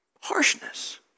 harshness